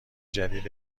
جدید